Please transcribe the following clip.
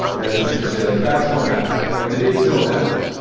kind of teachers say, like facts don't matter. like the dates don't matter.